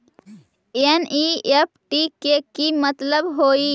NEFT के कि मतलब होइ?